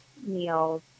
meals